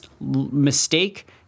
mistake